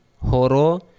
Horo